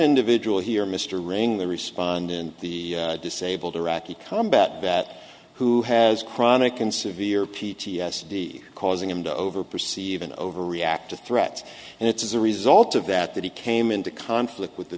individual here mr running the respondent the disabled iraqi combat that who has chronic and severe p t s d causing him to over perceive and over react to threats and it's as a result of that at that he came into conflict with th